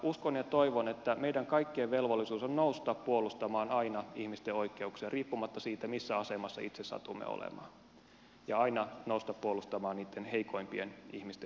uskon ja toivon että meidän kaikkien velvollisuus on nousta puolustamaan aina ihmisten oikeuksia riippumatta siitä missä asemassa itse satumme olemaan ja aina nousta puolustamaan niitten heikoimpien ihmisten oikeuksia